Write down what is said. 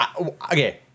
okay